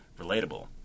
relatable